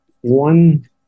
one